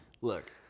Look